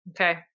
okay